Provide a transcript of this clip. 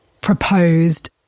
proposed